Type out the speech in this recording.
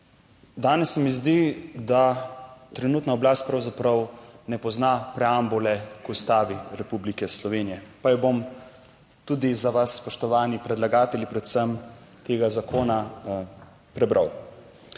Danes se mi zdi, da trenutna oblast pravzaprav ne pozna preambule k Ustavi Republike Slovenije. Pa jo bom tudi za vas, spoštovani predlagatelji predvsem tega zakona prebral: